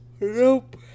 Nope